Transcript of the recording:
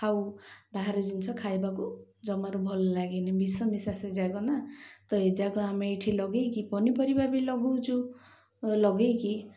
ଖାଉ ବାହାରେ ଜିନିଷ ଖାଇବାକୁ ଜମାରୁ ଭଲ ଲାଗେନି ବିଷ ମିଶା ସେଯାକ ନା ତ ଏଯାକ ଆମେ ଏଇଠି ଲଗାଇକି ପନିପରିବା ବି ଲଗାଉଛୁ ଲଗାଇକି